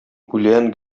үлән